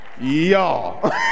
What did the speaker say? y'all